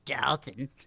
Dalton